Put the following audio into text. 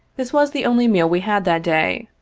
this was the only meal we had that day,